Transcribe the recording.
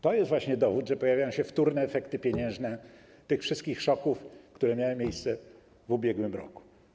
To jest właśnie dowód, że pojawiają się wtórne efekty pieniężne tych wszystkich szoków, które miały miejsce w ubiegłym roku.